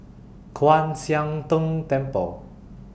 Kwan Siang Tng Temple